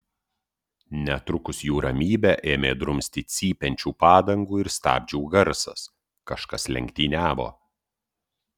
netrukus jų ramybę ėmė drumsti cypiančių padangų ir stabdžių garsas kažkas lenktyniavo